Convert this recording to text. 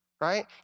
right